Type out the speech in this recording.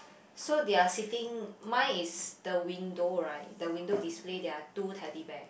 so they're sitting mine is the window right the window display there're two Teddy Bear